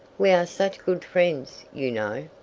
we are such good friends, you know.